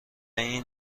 این